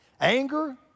Anger